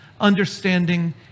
understanding